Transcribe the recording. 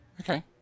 Okay